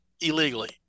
illegally